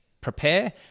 prepare